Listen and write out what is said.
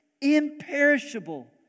imperishable